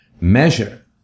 measure